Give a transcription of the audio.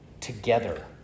together